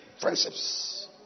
friendships